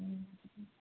ও